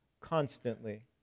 Constantly